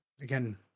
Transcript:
again